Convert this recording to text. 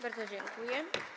Bardzo dziękuję.